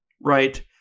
right